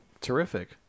Terrific